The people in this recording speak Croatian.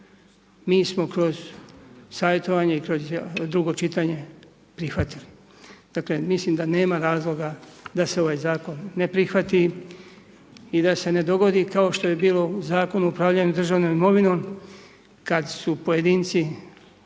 mi smo kroz savjetovanje i kroz drugo čitanje prihvatili, dakle mislim da nema razloga da se ovaj zakon ne prihvati i da se ne dogodi kao što je bilo u Zakonu o upravljanju državnom imovinom, kad su pojedinci